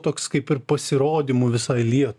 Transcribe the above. toks kaip ir pasirodymu visai lietuvai